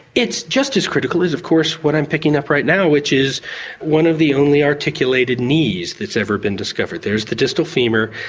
it's just as critical as of course what i'm picking up right now which is one of the only articulated knees that's ever been discovered. there's the distal femur.